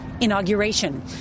inauguration